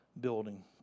building